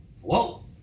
Whoa